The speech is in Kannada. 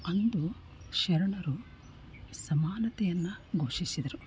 ಅಂದು ಶರಣರು ಸಮಾನತೆಯನ್ನು ಘೋಷಿಸಿದರು